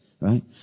right